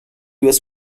was